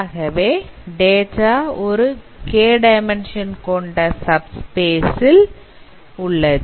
ஆகவே டேட்டா ஒரு k dimension கொண்ட சப் ஸ்பேஸ் இல் உள்ளது